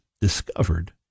discovered